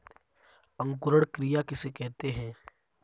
अंकुरण क्रिया किसे कहते हैं?